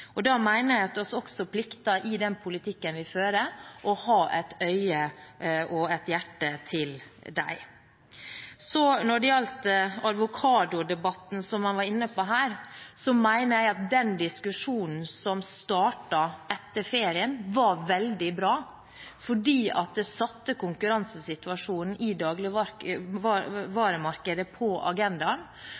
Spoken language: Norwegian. Og da mener jeg at vi også plikter å ha et øye og et hjerte for dem i den politikken vi fører. Når det gjelder avokado-debatten som man var inne på her, mener jeg at den diskusjonen som startet etter ferien, var veldig bra, for den satte konkurransesituasjonen i dagligvaremarkedet på agendaen, og det har også ført til at en vedvarende har hatt en sterk konkurranse på